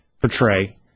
portray